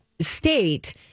state